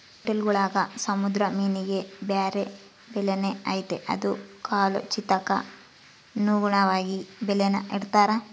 ಹೊಟೇಲ್ಗುಳಾಗ ಸಮುದ್ರ ಮೀನಿಗೆ ಬ್ಯಾರೆ ಬೆಲೆನೇ ಐತೆ ಅದು ಕಾಲೋಚಿತಕ್ಕನುಗುಣವಾಗಿ ಬೆಲೇನ ಇಡ್ತಾರ